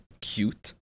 cute